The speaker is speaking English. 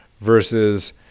versus